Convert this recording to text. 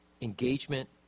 Engagement